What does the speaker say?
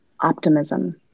optimism